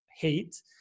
hate